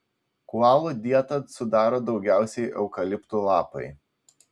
koalų dietą sudaro daugiausiai eukaliptų lapai